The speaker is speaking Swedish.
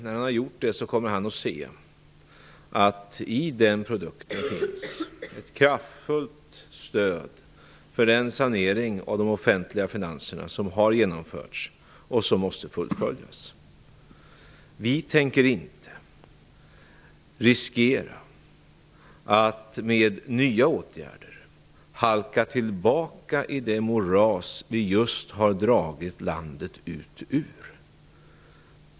När han har gjort det kommer han att se att det i den produkten finns ett kraftfullt stöd för den sanering av de offentliga finanserna som har genomförts och som måste fullföljas. Vi tänker inte riskera att med nya åtgärder halka tillbaka i det moras vi just har dragit landet ur.